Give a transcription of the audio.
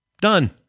Done